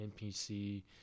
NPC